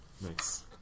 Nice